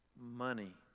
Money